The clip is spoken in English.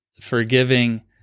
forgiving